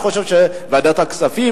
אני חושב שזה צריך להיות בוועדת הכספים,